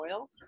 oils